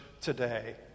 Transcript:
today